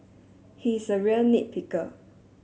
he is a real nit picker